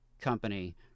company